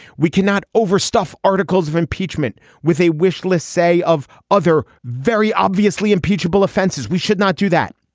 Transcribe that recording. we cannot overstuffed articles of impeachment with a wish lists say of other very obviously impeachable offenses. we should not do that